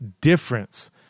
difference